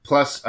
Plus